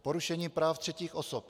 Porušení práv třetích osob.